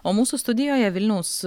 o mūsų studijoje vilniaus